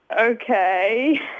Okay